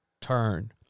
turn